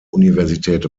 universität